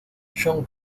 john